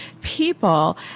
people